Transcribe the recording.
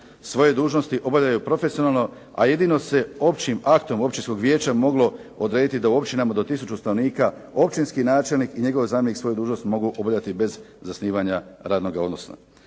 svoje dužnosti obavljaju profesionalno, a jedino se općim aktom općinskog vijeća moglo odrediti da u općinama do tisuću stanovnika općinski načelnik i njegov zamjenik svoju dužnost mogu obavljati bez zasnivanja radnoga odnosa.